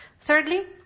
Thirdly